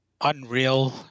unreal